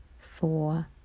four